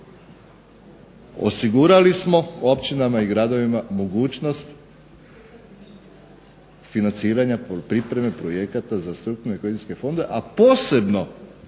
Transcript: osigurali smo općinama i gradovima mogućnost financiranje pripreme projekata za strukturne i kohezijske fondove, a posebno